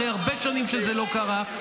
אחרי הרבה שנים שזה לא קרה,